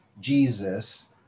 Jesus